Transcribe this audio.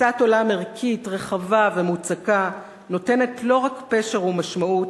תפיסת עולם ערכית רחבה ומוצקה נותנת לא רק פשר ומשמעות,